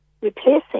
replacing